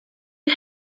you